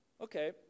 Okay